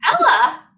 Ella